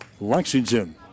Lexington